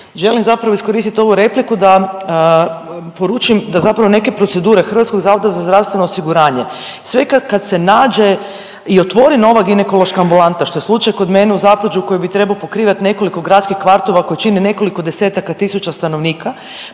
Želim zapravo iskoristit ovu repliku da poručim da zapravo neke procedure HZZO-a, sve kad se nađe i otvori nova ginekološka ambulanta, što je slučaj kod mene u Zapruđu koji bi trebao pokrivat nekoliko gradskih kvartova koji čine nekoliko desetaka tisuća stanovnika,